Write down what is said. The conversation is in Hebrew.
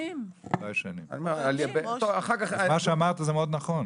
אז מה שאמרת נכון מאוד.